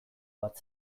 bat